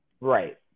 Right